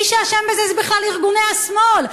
מי שאשם בזה זה בכלל ארגוני השמאל.